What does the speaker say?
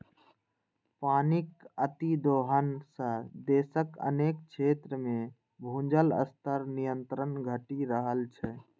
पानिक अतिदोहन सं देशक अनेक क्षेत्र मे भूजल स्तर निरंतर घटि रहल छै